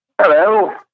Hello